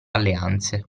alleanze